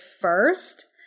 first